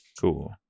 cool